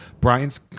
Brian's